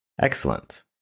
Excellent